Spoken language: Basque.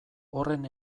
horren